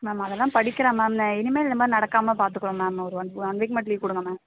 ma'am அதெல்லாம் படிக்கிறா ma'am இனிமேல் இதமாதிரி நடக்காமல் பார்த்துக்குறோம் மேம் ஒரு ஒன் ஒன் வீக் மட்டும் லீவு கொடுங்க மேம்